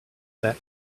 that